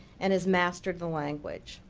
and is mastered the language.